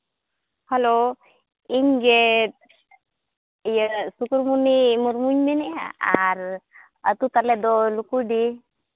hello ᱤᱧ ᱜᱮ ᱥᱩᱠᱩᱨᱢᱚᱱᱤ ᱢᱩᱨᱢᱩᱧ ᱢᱮᱱᱮᱜᱼᱟ ᱟᱨ ᱟᱛᱳ ᱛᱟᱞᱮ ᱫᱚ ᱞᱩᱠᱩᱭᱰᱤ